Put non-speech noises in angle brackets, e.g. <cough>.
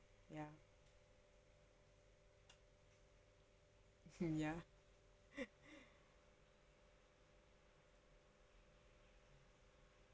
ya hmm ya <laughs>